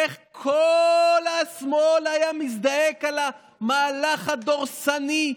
איך כל השמאל היה מזדעק על המהלך הדורסני,